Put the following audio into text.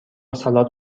سالاد